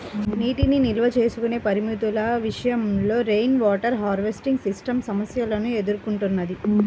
నీటిని నిల్వ చేసుకునే పరిమితుల విషయంలో రెయిన్వాటర్ హార్వెస్టింగ్ సిస్టమ్ సమస్యలను ఎదుర్కొంటున్నది